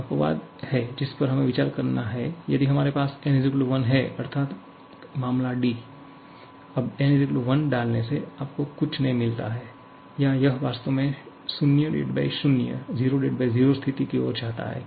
एक अपवाद है जिसपर हमें विचार करना है यदि हमारे पास n 1 है अर्थात मामला अब n 1 डालने से आपको कुछ नहीं मिलता है या यह वास्तव में 00 स्थिति की ओर जाता है